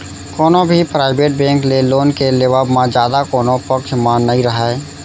कोनो भी private bank ले लोन के लेवब म जादा कोनो पक्छ म नइ राहय